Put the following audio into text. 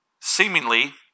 seemingly